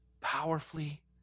powerfully